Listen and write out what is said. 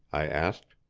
i asked.